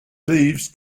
leaves